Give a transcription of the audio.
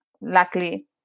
luckily